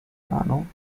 ahnung